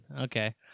Okay